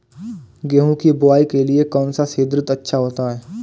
गेहूँ की बुवाई के लिए कौन सा सीद्रिल अच्छा होता है?